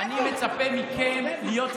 אולי את תסבירי לנו, אני מצפה עכשיו שאתם, לא, לך.